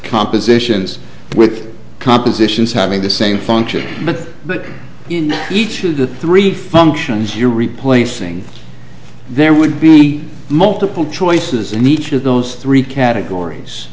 compositions with compositions having the same function but in each of the three functions you're replacing there would be multiple choices in each of those three categories